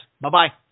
Bye-bye